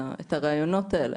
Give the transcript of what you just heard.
הריאיונות האלה.